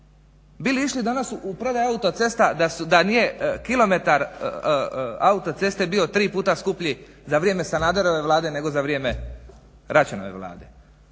Bi li išli danas u prodaju autocesta da nije kilometar autoceste bio tri puta skuplji za vrijeme Sanaderove Vlade, nego za vrijeme Račanove Vlade?